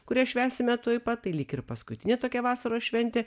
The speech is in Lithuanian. kurią švęsime tuoj pat tai lyg ir paskutinė tokia vasaros šventė